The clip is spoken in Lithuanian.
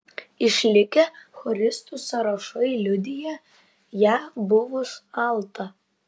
išlikę choristų sąrašai liudija ją buvus altą